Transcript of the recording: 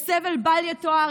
בסבל בל יתואר,